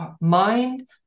mind